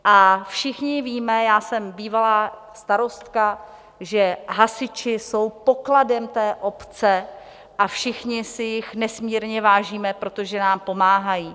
A všichni víme, já jsem bývalá starostka, že hasiči jsou pokladem obce a všichni si jich nesmírně vážíme, protože nám pomáhají.